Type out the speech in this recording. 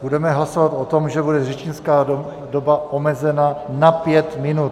Budeme hlasovat o tom, že bude řečnická doba omezena na pět minut.